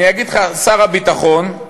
שר הביטחון,